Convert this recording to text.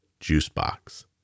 juicebox